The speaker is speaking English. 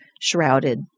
shrouded